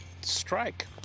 Strike